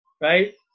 Right